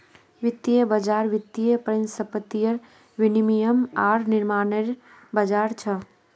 वित्तीय बज़ार वित्तीय परिसंपत्तिर विनियम आर निर्माणनेर बज़ार छ